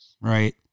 Right